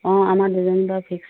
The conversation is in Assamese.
অঁ আমাৰ দুজন বাৰু ফিক্স